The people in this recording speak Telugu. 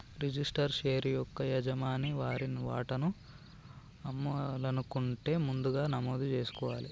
రిజిస్టర్డ్ షేర్ యొక్క యజమాని వారి వాటాను అమ్మాలనుకుంటే ముందుగా నమోదు జేసుకోవాలే